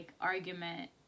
argument